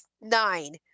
nine